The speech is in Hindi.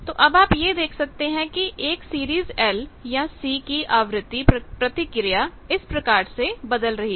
तो अब आप यह देख सकते हैं कि एक सीरीज L या C की आवृत्ति प्रतिक्रिया frequency response फ्रिकवेंसी रिस्पांस इस प्रकार से बदल रही है